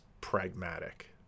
pragmatic